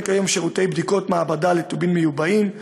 כיום שירותי בדיקות מעבדה לטובין מיובאים,